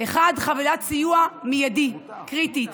חבילת סיוע מיידית, קריטית,